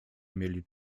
mieli